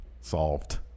Solved